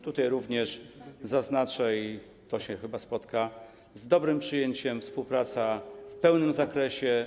Tutaj również zaznaczę, i to się chyba spotka z dobrym przyjęciem, kwestię współpracy w pełnym zakresie.